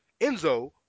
Enzo